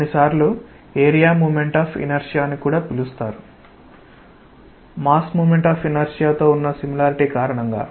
కొన్నిసార్లు area moment of inertia అని కూడా పిలుస్తారు మాస్ మోమెంట్ ఆఫ్ ఇనర్షియా తో ఉన్న సిమిలారిటీ కారణంగా